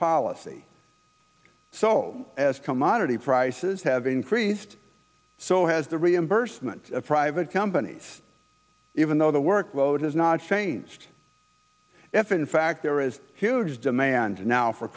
policy so as commodity prices have increased so has the reimbursement of private companies even though the workload has not changed if in fact there is huge demand now for